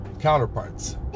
counterparts